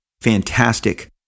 fantastic